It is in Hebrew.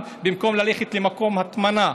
במקום ללכת למקום הטמנה,